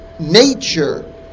nature